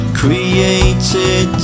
created